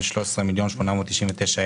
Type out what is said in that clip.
השלושה שרוצים לבנות,